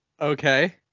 Okay